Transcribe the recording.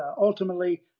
ultimately